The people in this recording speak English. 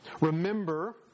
Remember